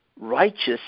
righteous